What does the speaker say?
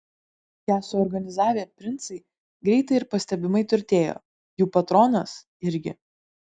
ją suorganizavę princai greitai ir pastebimai turtėjo jų patronas irgi